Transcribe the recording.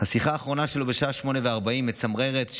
השיחה האחרונה שלו, בשעה 08:40, מצמררת.